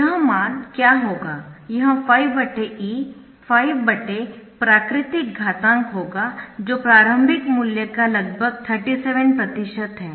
यह मान क्या होगा यह 5 e 5 प्राकृतिक घातांक होगा जो प्रारंभिक मूल्य का लगभग 37 प्रतिशत है